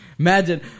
Imagine